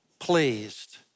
pleased